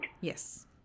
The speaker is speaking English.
Yes